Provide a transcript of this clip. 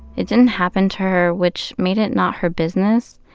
it didn't happen to her, which made it not her business,